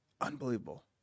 unbelievable